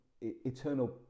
eternal